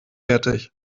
fertig